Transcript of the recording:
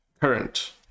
current